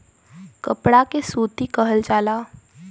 कपड़ा के सूती कहल जाला